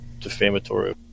defamatory